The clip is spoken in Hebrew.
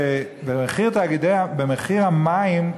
שבמחיר המים,